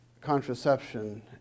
contraception